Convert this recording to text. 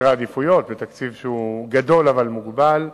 עדיפויות בתקציב שהוא גדול אבל מוגבל.